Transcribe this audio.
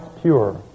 pure